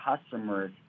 customers